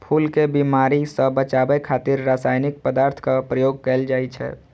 फूल कें बीमारी सं बचाबै खातिर रासायनिक पदार्थक प्रयोग कैल जाइ छै